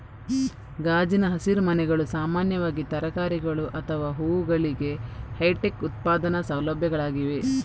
ಗಾಜಿನ ಹಸಿರುಮನೆಗಳು ಸಾಮಾನ್ಯವಾಗಿ ತರಕಾರಿಗಳು ಅಥವಾ ಹೂವುಗಳಿಗೆ ಹೈಟೆಕ್ ಉತ್ಪಾದನಾ ಸೌಲಭ್ಯಗಳಾಗಿವೆ